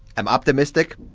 i'm optimistic,